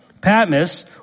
Patmos